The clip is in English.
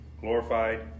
glorified